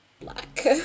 black